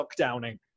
lockdowning